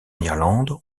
irlande